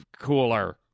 cooler